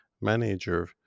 manager